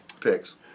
picks